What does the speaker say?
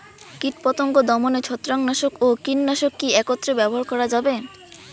কীটপতঙ্গ দমনে ছত্রাকনাশক ও কীটনাশক কী একত্রে ব্যবহার করা যাবে?